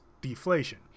deflation